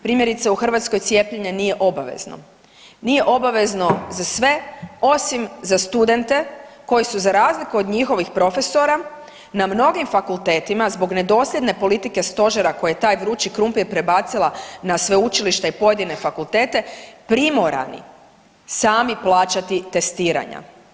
Primjerice u Hrvatskoj cijepljenje nije obavezno, nije obavezno za sve osim za studente koji su za razliku od njihovih profesora na mnogim fakultetima zbog nedosljedne politike stožera koji je taj vrući krumpir prebacila na sveučilišta i pojedine fakultete primorani sami plaćati testiranja.